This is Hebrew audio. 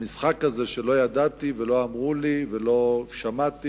המשחק הזה שלא ידעתי ולא אמרו לי ולא שמעתי